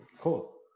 Cool